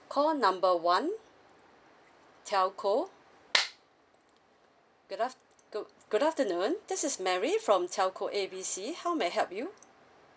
call number one telco good af~ good good afternoon this is mary from telco A B C how may I help you